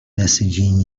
messaging